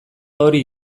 hori